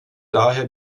daher